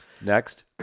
Next